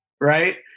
right